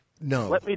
No